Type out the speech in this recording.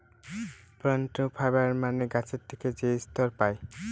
plant fibre মানে হল গাছ থেকে যে তন্তু পায়